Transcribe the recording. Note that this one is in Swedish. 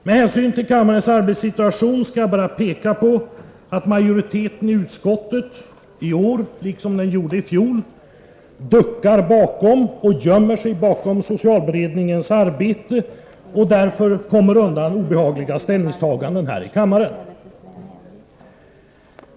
Med hänsyn till kammarens arbetssituation skall jag bara peka på att majoriteten i utskottet i år liksom i fjol duckar och gömmer sig bakom socialberedningens arbete och därför kommer undan obehagliga ställningstaganden här i kammaren.